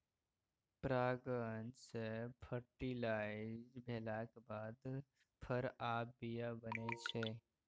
परागण सँ फर्टिलाइज भेलाक बाद फर आ बीया बनै छै